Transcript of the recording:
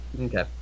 Okay